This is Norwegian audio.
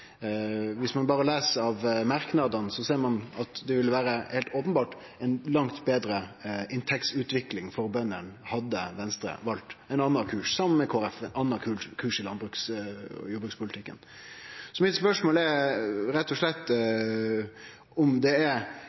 Viss ein berre les merknadene, ser ein at det heilt openbert ville vore ei langt betre inntektsutvikling for bøndene om Venstre saman med Kristeleg Folkeparti hadde valt ein annan kurs i landbruks- og jordbrukspolitikken. Mitt spørsmål er rett og slett om det er